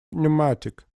pneumatic